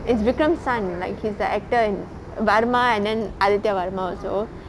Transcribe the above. it's vikram son like he's the actor in Varma and then Aaditya Varma varma also